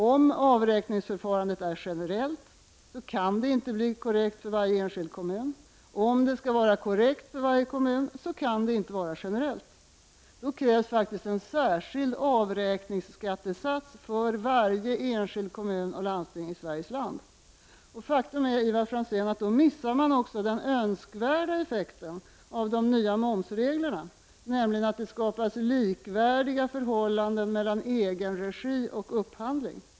Om avräkningsförfarandet är generellt kan det inte bli korrekt i varje enskild kommun, och om det skall vara korrekt i varje enskild kommun kan det inte vara generellt. Då krävs en särskild avräkningsskattesats för varje enskild kommun och landsting i Sveriges land. Faktum är, Ivar Franzén, att då missar man också den önskvärda effekten av de nya momsreglerna, nämligen att det skapas likvärdiga förhållanden mellan egenregi och upphandling.